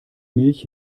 milch